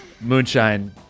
Moonshine